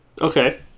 Okay